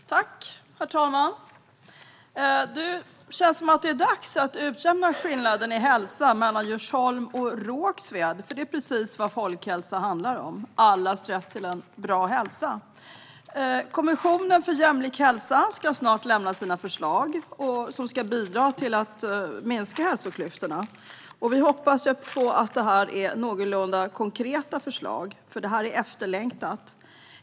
Herr talman! Det känns som att det är dags att utjämna skillnaden i hälsa mellan Djursholm och Rågsved. Det är precis vad folkhälsa handlar om: allas rätt till en bra hälsa. Kommissionen för jämlik hälsa ska snart lämna sina förslag, som ska bidra till att minska hälsoklyftorna. Vi hoppas på att det är någorlunda konkreta förslag, för det är efterlängtat.